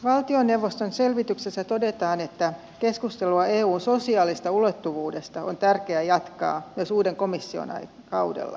valtioneuvoston selvityksessä todetaan että keskustelua eun sosiaalisesta ulottuvuudesta on tärkeä jatkaa myös uuden komission kaudella